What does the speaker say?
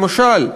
למשל,